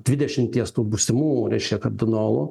dvidešimties tų būsimų reiškia kardinolų